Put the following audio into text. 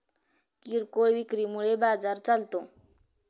किरकोळ विक्री मुळे बाजार चालतो